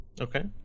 Okay